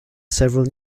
several